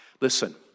Listen